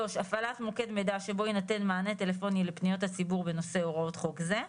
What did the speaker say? הפעלת מוקד מידע שבו יינתן מענה טלפוני בנושא הוראות חוק זה.